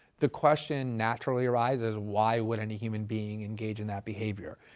the question naturally arises, why would any human being engage in that behavior?